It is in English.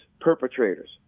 perpetrators